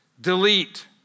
delete